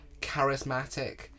charismatic